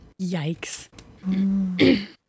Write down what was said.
Yikes